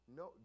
no